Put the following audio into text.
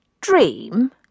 Dream